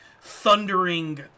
thundering